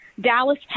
Dallas